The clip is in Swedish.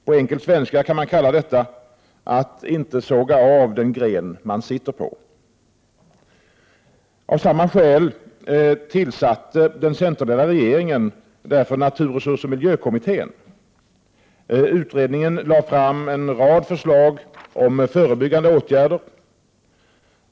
På enkel svenska kan man kalla detta att inte såga av den gren man sitter på. Av samma skäl tillsatte den centerledda regeringen därför naturresursoch miljökommittén. Utredningen lade fram en rad förslag om förebyggande åtgärder.